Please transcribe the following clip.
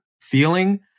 feeling